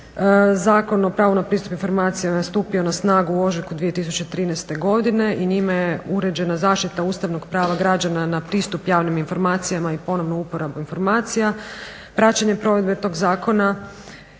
Zakon o pravu na pristup informacijama je stupio na snagu u ožujku 2013. godine i njime je uređena zaštita Ustavnog prava građana na pristup javnim informacijama i ponovnu uporabu informacija, praćenje provedbe tog zakona